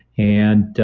and